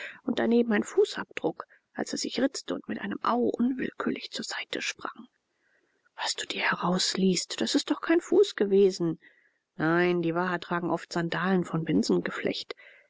und daneben ein fußeindruck als er sich ritzte und mit einem au unwillkürlich zur seite sprang was du dir herausliest das ist doch kein fuß gewesen nein die waha tragen oft sandalen von